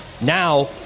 now